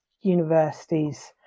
universities